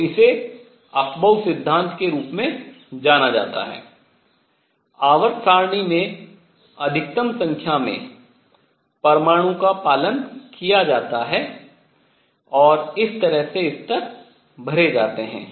तो इसे अफबाउ सिद्धांत के रूप में जाना जाता है आवर्त सारणी में अधिकतम संख्या में परमाणु का पालन किया जाता है और इस तरह से स्तर भरे जाते हैं